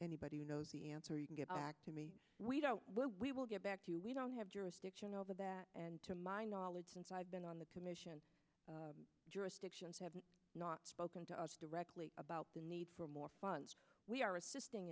anybody who knows the answer you can get back to me we don't know where we will get back to you we don't have jurisdiction over that and to my knowledge since i've been on the commission jurisdictions have not spoken to us directly about the need for more funds we are assisting